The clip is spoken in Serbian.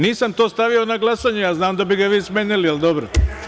Nisam to stavio na glasanje, znam da bi ga vi smenili, ali dobro.